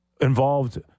involved